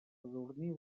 sadurní